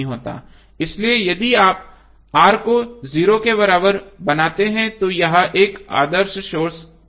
इसलिए यदि आप R को 0 के बराबर बनाते हैं तो यह एक आदर्श सोर्स बन जाएगा